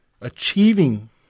achieving